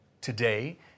today